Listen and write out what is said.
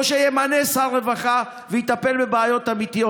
או שימנה שר רווחה ויטפל בבעיות אמיתיות.